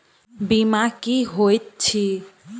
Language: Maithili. बीमा की होइत छी?